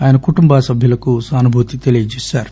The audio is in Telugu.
ఆయన కుటుంబ సభ్యులకు సానుభూతి తెలియజేశారు